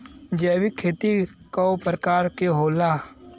जैविक खेती कव प्रकार के होला?